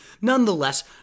Nonetheless